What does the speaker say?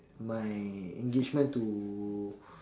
my engagement to